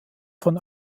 von